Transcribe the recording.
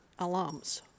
alums